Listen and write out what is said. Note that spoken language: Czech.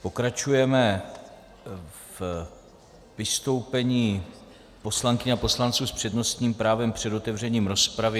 Pokračujeme vystoupeními poslankyň a poslanců s přednostním právem před otevřením rozpravy.